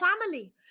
family